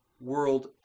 world